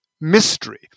mystery